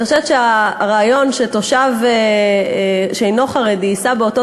הרעיון שתושב שאינו חרדי ייסע באותו